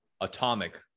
atomic